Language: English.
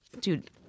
Dude